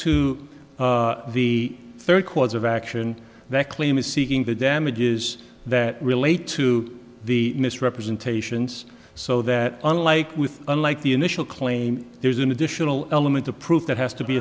to the third cause of action that claim is seeking the damages that relate to the misrepresentations so that unlike with unlike the initial claim there is an additional element of proof that has to be